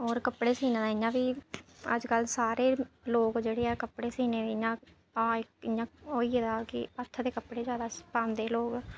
होर कपड़े सीना इ'यां बी अज्जकल सारे लोक जेह्ड़े ऐ कपड़े सीने इ'यां इ'यां ओह् होई गेदा कि हत्थ दे कपड़े जैदा पांदे लोक